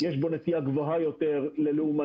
יש בו נטייה גבוהה יותר ללאומנות,